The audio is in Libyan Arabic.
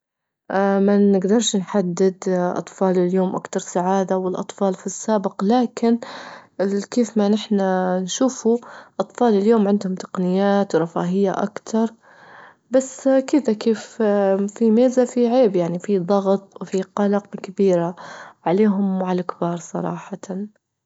ما نجدرش نحدد أطفال اليوم أكتر سعادة ولا الأطفال في السابق، لكن كيف ما نحن نشوفوا أطفال اليوم عندهم تقنيات ورفاهية أكتر، بس كده كيف فيه ميزة فيه عيب، يعني فيه ضغط، وفيه قلق كبيرة عليهم وعلى الكبار صراحة.